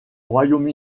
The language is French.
royaume